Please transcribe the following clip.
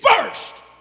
first